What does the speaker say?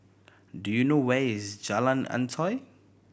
do you know where is Jalan Antoi